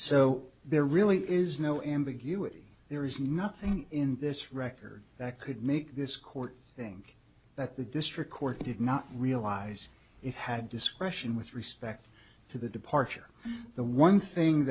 so there really is no ambiguity there is nothing in this record that could make this court think that the district court did not realize it had discretion with respect to the departure the one